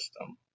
system